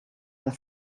that